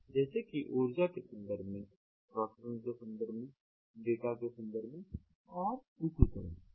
जैसे कि ऊर्जा के संदर्भ में प्रोसेसिंग के संदर्भ में डेटा के संदर्भ में और इसी तरह